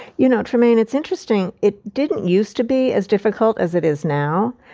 you know, trymaine, it's interesting. it didn't used to be as difficult as it is now.